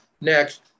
next